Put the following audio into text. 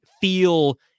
feel